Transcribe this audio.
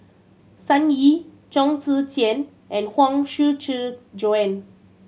Sun Yee Chong Tze Chien and Huang Shiqi Joan